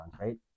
right